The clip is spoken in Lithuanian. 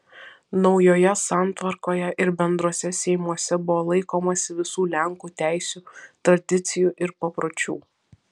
naujoje santvarkoje ir bendruose seimuose buvo laikomasi visų lenkų teisių tradicijų ir papročių